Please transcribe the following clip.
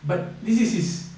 but this is his